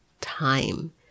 time